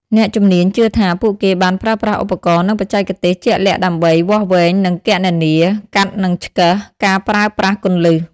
អ្នកជំនាញជឿថា ពួកគេបានប្រើប្រាស់ឧបករណ៍ និងបច្ចេកទេសជាក់លាក់ដើម្បី វាស់វែងនិងគណនា កាត់និងឆ្កឹះ ការប្រើប្រាស់គន្លឹះ។